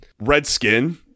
Redskin